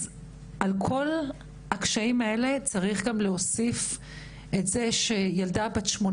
אז על כל הקשיים האלה צריך גם להוסיף את זה שילדה בת 18